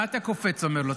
מה אתה קופץ ואומר לא?